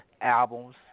Albums